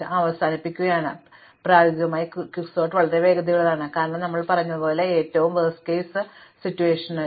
അതിനാൽ പ്രായോഗികമായി ക്വിക്സോർട്ട് വളരെ വേഗതയുള്ളതാണ് കാരണം ഞങ്ങൾ പറഞ്ഞതുപോലെ ഏറ്റവും മോശം അവസ്ഥ വളരെ അപൂർവമായി മാത്രമേ സംഭവിക്കുകയുള്ളൂ